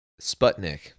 Sputnik